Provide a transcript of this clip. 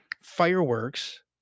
fireworks